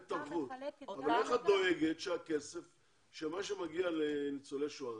איך את דואגת שמה שמגיע לניצולי השואה,